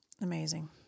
Amazing